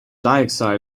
dioxide